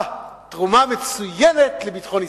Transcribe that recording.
אה, תרומה מצוינת לביטחון ישראל.